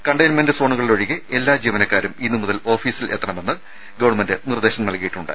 containment സോണുകളിലൊഴികെ എല്ലാ ജീവനക്കാരും ഇന്നുമുതൽ ഓഫീസിലെത്തണമെന്ന് ഗവൺമെന്റ് നിർദ്ദേശം നൽകിയിട്ടുണ്ട്